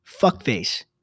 fuckface